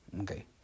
Okay